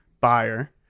buyer